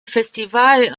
festival